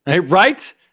Right